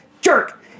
Jerk